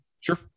sure